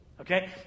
Okay